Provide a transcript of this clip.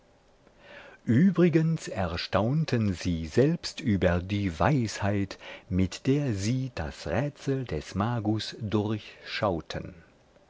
übrigens erstaunten sie selbst über die weisheit mit der sie das rätsel des magus